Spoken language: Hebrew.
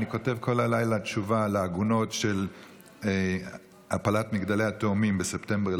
אני כותב כל הלילה תשובה לעגונות של הפלת מגדלי התאומים ב-11 בספטמבר,